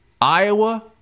Iowa